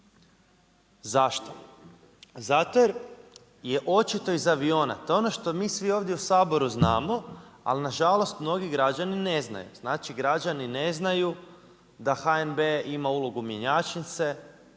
Zašto? Zato jer je očito iz aviona, to je ono što mi svi ovdje u Saboru znamo ali nažalost mnogi građani ne znaju. Znači građani ne znaju da HNB ima ulogu mjenjačnice,